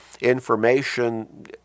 information